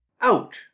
Out